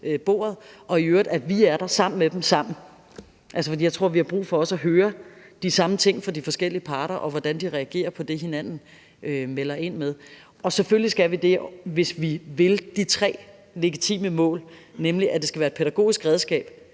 bordet, og at vi i øvrigt skal være der sammen med dem. For jeg tror også, at vi har brug for at høre de samme ting fra de forskellige parter, og hvordan de reagerer på det, de andre melder ind med. Selvfølgelig skal vi det, hvis vi vil de tre legitime mål. Det skal være et pædagogisk redskab,